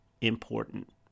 important